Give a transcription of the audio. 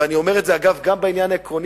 ואני אומר את זה, אגב, גם בעניין העקרוני.